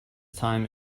time